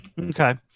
Okay